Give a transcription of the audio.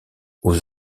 aux